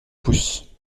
pouce